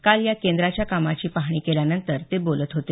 काल या केंद्राच्या कामाची पाहणी केल्यानंतर ते बोलत होते